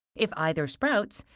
if either sprouts,